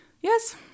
yes